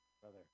brother